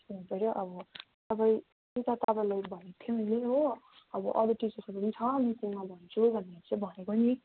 अब अब त्यही त तपाईँलाई भनेको थिएँ मैले हो अब अरू टिचर्सहरू पनि छ मिटिङमा भन्छु भनेर चाहिँ भनेको नि